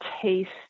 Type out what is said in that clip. taste